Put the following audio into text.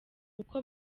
kuko